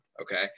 okay